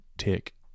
take